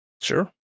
Sure